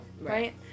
right